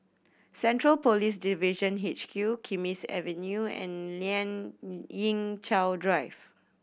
Central Police Division H Q Kismis Avenue and Lien Ying Chow Drive